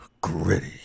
Gritty